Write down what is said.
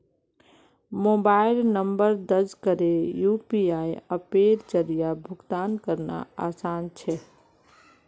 mobile number दर्ज करे UPI अप्पेर जरिया भुगतान करना आसान छे